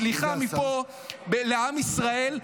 סליחה מפה לעם ישראל,